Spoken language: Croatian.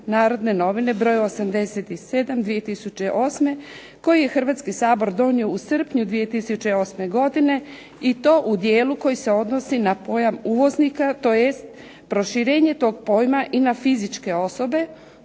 Narodne novine broj 87/2008. koji je Hrvatski sabor donio u srpnju 2008. godine i to u dijelu koji se odnosi na pojam uvoznika tj. proširenje toga pojma i na fizičke osobe